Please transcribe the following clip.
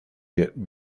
get